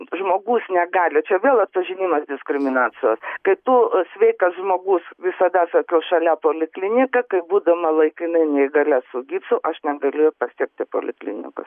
žmogus negali čia vėl atpažinimas diskriminacijos kai tu sveikas žmogus visada sakiau šalia poliklinika kai būdama laikinai neįgalia su gipsu aš negalėjau pasiekti poliklinikos